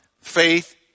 Faith